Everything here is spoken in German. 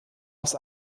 aus